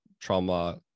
trauma